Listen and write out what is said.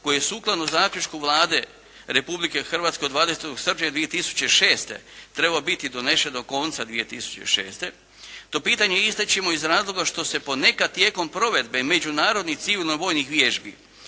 je sukladno zaključku Vlade Republike Hrvatske od 20. srpnja 2006. trebao biti donesen do konca 2006. To pitanje ističemo iz razloga što se ponekad tijekom provedbe međunarodnih civilno-vojnih vježbi